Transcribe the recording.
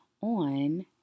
on